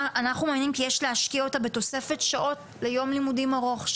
אנחנו מעוניינים כי יש להשקיע אותה בתוספת שעות ליום לימודים ארוך.